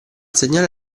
segnale